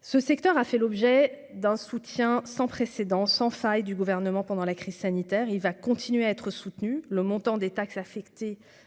Ce secteur a fait l'objet d'un soutien sans précédent sans faille du gouvernement pendant la crise sanitaire, il va continuer à être soutenu le montant des taxes affectées au CNC va